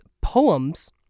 poems